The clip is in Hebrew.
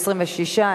26,